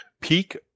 Peak